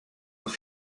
noch